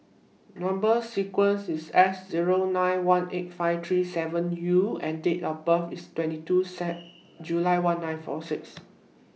Number sequences IS S Zero nine one eight five three seven U and Date of birth IS twenty two set July one nine four six